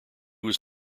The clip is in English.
was